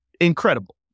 incredible